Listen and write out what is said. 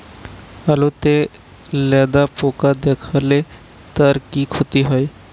আলুতে লেদা পোকা দেখালে তার কি ক্ষতি হয়?